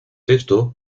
esto